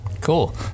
Cool